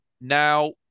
Now